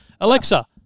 Alexa